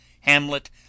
Hamlet